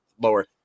lower